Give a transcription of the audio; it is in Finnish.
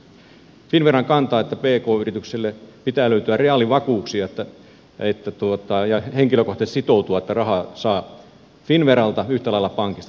finnveran kanta on että pk yrityksille pitää löytyä reaalivakuuksia ja pitää henkilökohtaisesti sitoutua että rahaa saa finnveralta yhtä lailla pankista